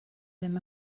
ddim